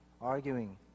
arguing